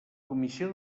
comissió